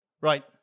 Right